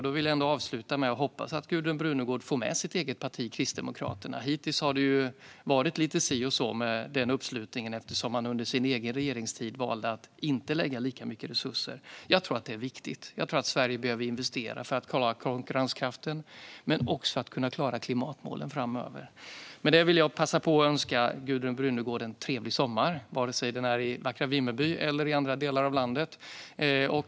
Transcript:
Jag vill avsluta med att jag hoppas att Gudrun Brunegård får med sitt eget parti Kristdemokraterna. Hittills har det varit lite si och så med denna uppslutning, eftersom man under sin egen regeringstid valde att inte tillföra lika mycket resurser. Jag tror att det är viktigt. Jag tror att Sverige behöver investera för att kunna klara konkurrenskraften men också för att kunna klara klimatmålen framöver. Jag vill också passa på att önska Gudrun Brunegård en trevlig sommar, vare sig hon tillbringar den i vackra Vimmerby eller i andra delar av landet.